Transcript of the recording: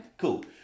Cool